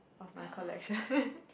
of my collection